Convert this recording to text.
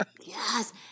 yes